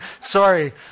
Sorry